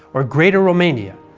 or greater romania,